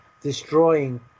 destroying